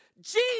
Jesus